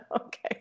okay